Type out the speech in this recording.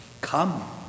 Come